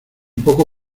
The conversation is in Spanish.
poco